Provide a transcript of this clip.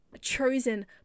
chosen